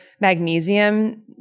magnesium